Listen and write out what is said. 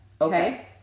Okay